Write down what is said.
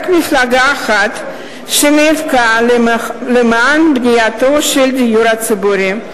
מפלגה אחת שנאבקה למען בניית דיור ציבורי,